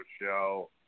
show